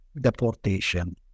deportation